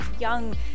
young